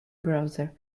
browser